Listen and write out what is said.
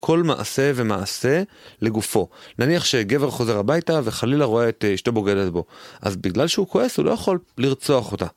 כל מעשה ומעשה לגופו. נניח שגבר חוזר הביתה וחלילה רואה את אשתו בוגדת בו, אז בגלל שהוא כועס הוא לא יכול לרצוח אותה.